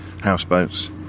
houseboats